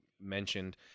mentioned